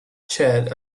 chad